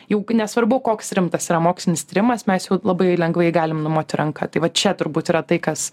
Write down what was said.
jauk nesvarbu koks rimtas yra mokslinis tyrimas mes jau labai lengvai galim numoti ranka tai vat čia turbūt yra tai kas